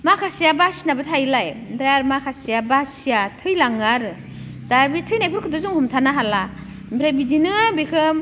माखासेया बासिनाबो थायोलाय ओमफ्राय आरो माखासेया बासिया थैलाङो आरो दा बे थैनायफोरखौथ' जों हमथानो हाला ओमफ्राय बिदिनो बेखौ